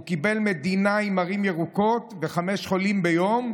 הוא קיבל מדינה עם ערים ירוקות וחמישה חולים ביום,